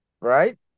Right